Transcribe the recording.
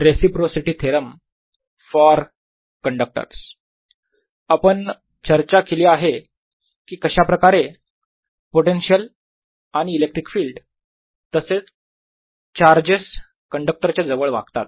reciprocity theorem for conductors I आपण चर्चा केली आहे की कशा प्रकारे पोटेन्शियल आणि इलेक्ट्रिक फील्ड तसेच चार्जेस कंडक्टर च्या जवळ वागतात